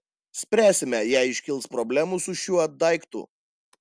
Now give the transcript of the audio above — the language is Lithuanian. spręsime jei iškils problemų su šiuo daiktu